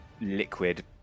liquid